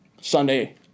Sunday